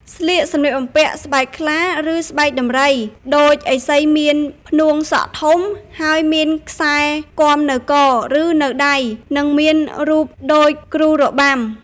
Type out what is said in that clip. ស្លៀកសម្លៀកបំពាក់ស្បែកខ្លា ឬស្បែកដំរី ដូចឥសីមាន ផ្នួងសក់ធំ ហើយមានខ្សែផ្គាំនៅក ឬនៅដៃ និងមានរូបដូចគ្រូរបាំ។។